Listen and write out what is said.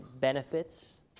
benefits